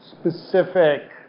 Specific